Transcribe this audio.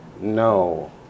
No